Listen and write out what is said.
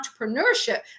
entrepreneurship